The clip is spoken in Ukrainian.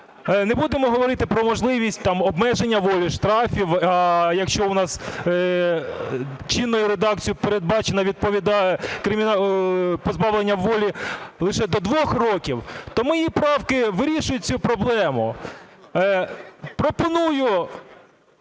Не будемо говорити про можливість обмеження волі, штрафів. А якщо у нас чинною редакцією передбачено позбавлення волі лише до 2 років, то мої правки вирішують цю проблему. Пропоную